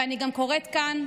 ואני גם קוראת כאן,